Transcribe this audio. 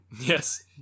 Yes